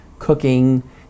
cooking